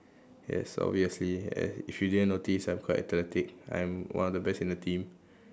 yes obviously eh if you didn't notice I'm quite athletic I'm one of the best in the team